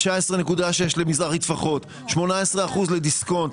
19.6 למזרחי טפחות, 18% לדיסקונט.